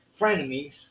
frenemies